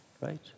right